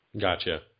Gotcha